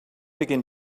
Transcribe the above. begin